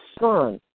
son